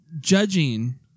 judging